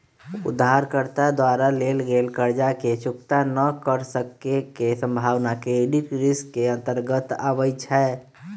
उधारकर्ता द्वारा लेल गेल कर्जा के चुक्ता न क सक्के के संभावना क्रेडिट रिस्क के अंतर्गत आबइ छै